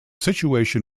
situation